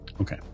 Okay